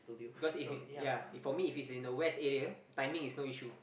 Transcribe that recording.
cause if ya if for me it's in the west area timing is no issue